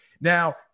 Now